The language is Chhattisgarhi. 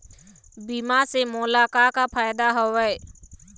बीमा से मोला का का फायदा हवए?